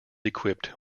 equipped